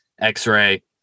x-ray